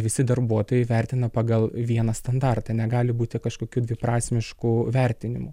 visi darbuotojai vertina pagal vieną standartą negali būti kažkokių dviprasmiškų vertinimų